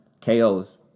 KO's